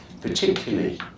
particularly